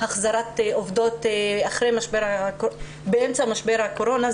החזרת עובדות באמצע משבר הקורונה,